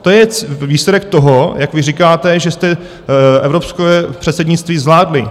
To je výsledek toho, jak vy říkáte, že jste evropské předsednictví zvládli.